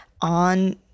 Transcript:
on